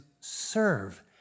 serve